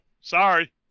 sorry